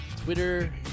Twitter